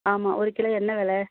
ஆமா ஒரு கிலோ என்ன விலை